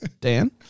Dan